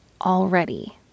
already